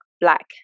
black